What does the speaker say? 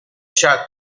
chad